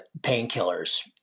painkillers